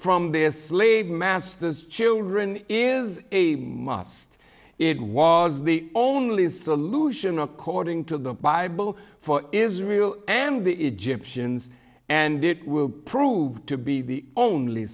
from their slave masters children is a must it was the only solution according to the bible for israel and the egyptians and it will prove to be the only